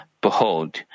Behold